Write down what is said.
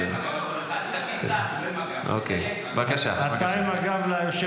אני לא עם הגב.